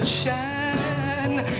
shine